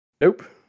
Nope